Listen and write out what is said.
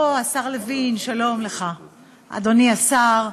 או, השר לוין, שלום לך, אדוני השר,